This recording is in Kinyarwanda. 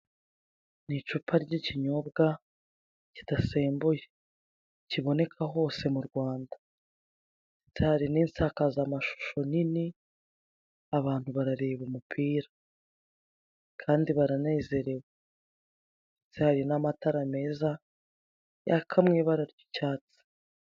Ni icupa ry'ikinyobwa kidasembuye kiboneka hose mu Rwanda, ndetse hari n'isakaza amashusho nini abantu barareba umupira kandi baranezerewe ndetse hari n'amatara meza yaka mu ibara ry'icyatsi.